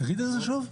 תגיד את זה שוב.